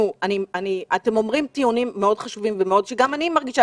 אתם אומרים טיעונים חשובים מאוד, שגם אני מרגישה.